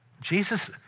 Jesus